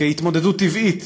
כהתמודדות טבעית,